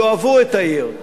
יאהבו את העיר,